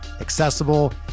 accessible